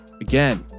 Again